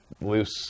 loose